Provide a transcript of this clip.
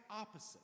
opposite